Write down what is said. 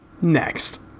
Next